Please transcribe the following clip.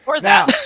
now